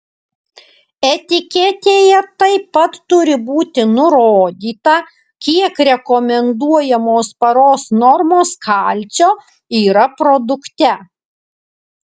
etiketėje taip pat turi būti nurodyta kiek rekomenduojamos paros normos kalcio yra produkte